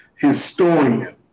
historian